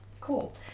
Cool